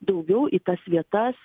daugiau į tas vietas